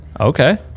Okay